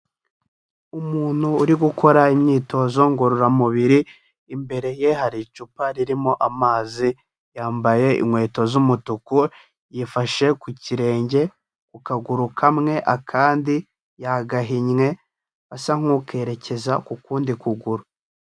Umuntu uri gukora imyitozo ngororamubiri, imbere ye hari icupa ririmo amazi, yambaye inkweto z'umutuku yifashe ku kirenge ku kaguru kamwe akandi yagahinnye asa nk'ukerekeza ku kundi kuguru.